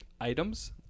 Items